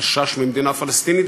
חשש ממדינה פלסטינית,